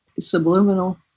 subliminal